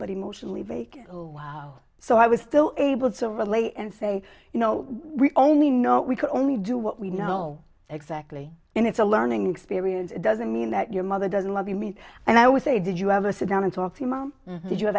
but emotionally vacant oh wow so i was still able to relate and say you know we only know we can only do what we know exactly and it's a learning experience it doesn't mean that your mother doesn't love you mean and i was a did you ever sit down and talk to mom did you have